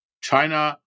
China